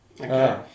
Okay